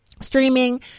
streaming